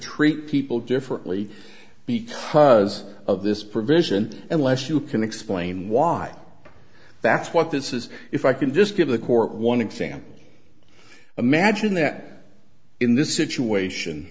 treat people differently because of this provision unless you can explain why that's what this is if i can just give the court one example imagine that in this situation